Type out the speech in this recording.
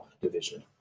division